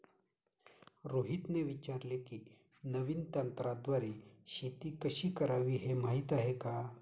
रोहितने विचारले की, नवीन तंत्राद्वारे शेती कशी करावी, हे माहीत आहे का?